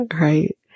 right